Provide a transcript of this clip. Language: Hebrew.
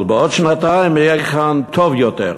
אבל בעוד שנתיים יהיה כאן טוב יותר.